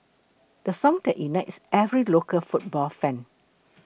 the song that unites every local football fan